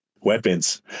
Weapons